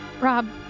Rob